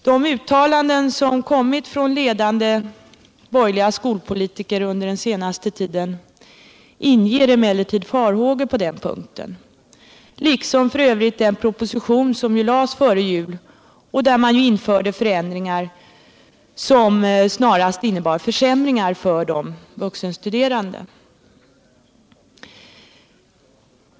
De uttalanden som kommit från ledande borgerliga skolpolitiker under den senaste tiden inger emellertid farhågor på den punkten — liksom för övrigt också den proposition som lades fram före jul med förslag till förändringar, som snarast innebar försämringar för de vuxenstuderande.